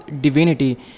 divinity